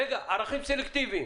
רגע, ערכים סלקטיביים.